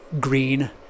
green